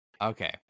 Okay